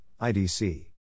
IDC